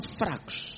fracos